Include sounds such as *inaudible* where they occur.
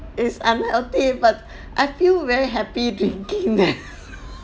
is unhealthy but I feel very happy drinking that *laughs*